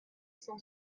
cent